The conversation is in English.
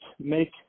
make